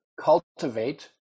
cultivate